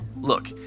Look